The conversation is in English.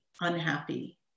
unhappy